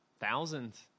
Thousands